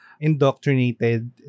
indoctrinated